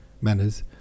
manners